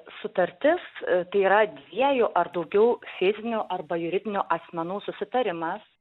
sutartis tai yra dviejų ar daugiau fizinių arba juridinių asmenų susitarimas